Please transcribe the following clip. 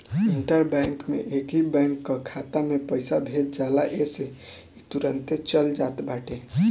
inter bank में एकही bank कअ खाता में पईसा भेज जाला जेसे इ तुरंते चल जात बाटे